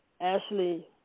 Ashley